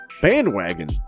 bandwagon